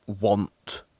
want